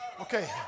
Okay